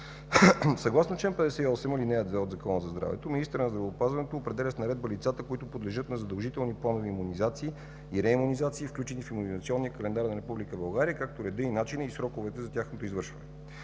Съгласно чл. 58, ал. 2 от Закона за здравето министърът на здравеопазването определя с наредба лицата, които подлежат на задължителни планови имунизации и реимунизации, включени в Имунизационния календар на Република България, както реда, начина и сроковете за тяхното извършване.